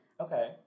Okay